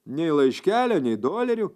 nei laiškelio nei dolerių